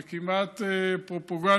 זה כמעט פרופגנדה.